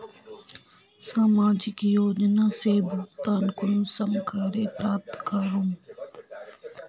सामाजिक योजना से भुगतान कुंसम करे प्राप्त करूम?